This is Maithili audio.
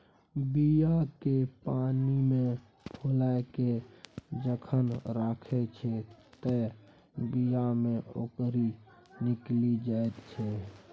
बीया केँ पानिमे फुलाए केँ जखन राखै छै तए बीया मे औंकरी निकलि जाइत छै